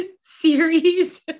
series